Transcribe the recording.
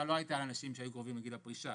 לא הייתה לאנשים שהיו קרובים לגיל הפרישה,